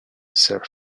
sir